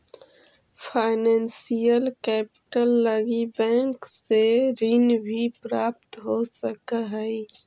financial capital लगी bank से ऋण भी प्राप्त हो सकऽ हई